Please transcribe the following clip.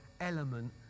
element